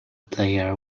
player